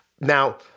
Now